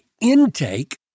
intake